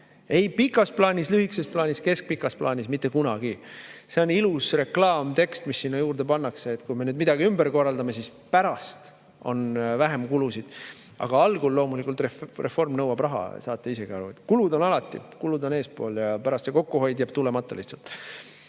pikas plaanis, lühikeses plaanis, keskpikas plaanis. Mitte kunagi! See on ilus reklaamtekst, mis sinna juurde pannakse, et kui me nüüd midagi ümber korraldame, siis pärast on vähem kulusid. Aga algul loomulikult reform nõuab raha, saate isegi aru. Kulud on alati, kulud on eespool ja pärast see kokkuhoid jääb lihtsalt